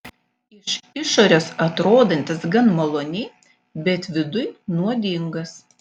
iš išorės atrodantis gan maloniai bet viduj nuodingas